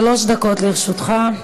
שלוש דקות לרשותך.